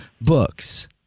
books